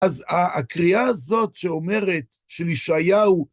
אז הקריאה הזאת שאומרת שלישעיהו,